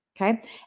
Okay